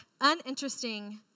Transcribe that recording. uninteresting